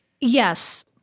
Yes